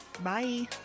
Bye